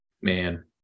man